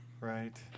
Right